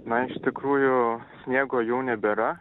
na iš tikrųjų sniego jau nebėra